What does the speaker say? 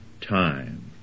time